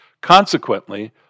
Consequently